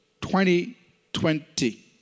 2020